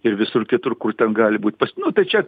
ir visur kitur kur ten gali būt pas nu tai čia